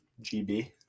GB